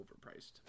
overpriced